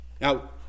Now